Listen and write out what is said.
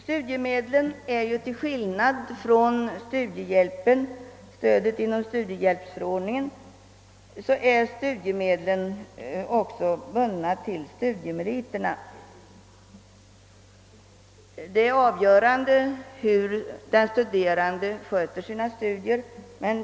Studiemedlen är till skillnad från stödet enligt studiehjälpsförordningen bundna till studiemeriterna. Det avgörande är hur den studerande skö ter sina studier.